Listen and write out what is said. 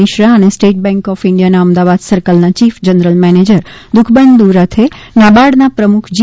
મિશ્રા અને state bank of ઇન્ડિયાના અમદાવાદ સર્કલના ચીફ જનરલ મેનેજર દુખબંધુ રથે નાબાર્ડના પ્રમુખ જી